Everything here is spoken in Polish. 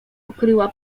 okryła